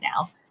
now